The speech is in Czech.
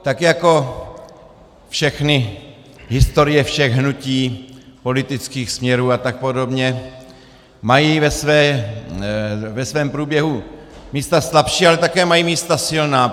Tak jako všechny historie všech hnutí, politických směrů a tak podobně mají ve svém proběhu místa slabší, ale taky mají místa silná.